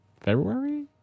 February